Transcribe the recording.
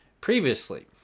previously